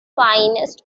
finest